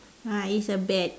uh is a bat